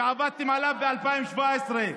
שעבדתם עליו ב-2017.